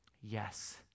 Yes